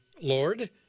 Lord